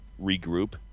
regroup